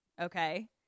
Okay